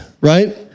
Right